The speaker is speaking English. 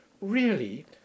Really